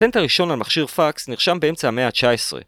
פטנט הראשון על מכשיר פקס נרשם באמצע המאה ה-19.